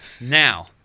Now